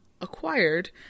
acquired